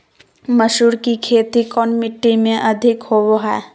मसूर की खेती कौन मिट्टी में अधीक होबो हाय?